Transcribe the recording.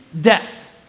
death